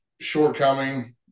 shortcoming